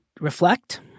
reflect